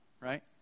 right